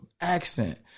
accent